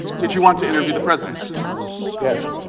did you want to interview the president yes